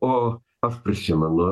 o aš prisimenu